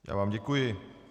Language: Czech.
Já vám děkuji.